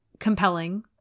compelling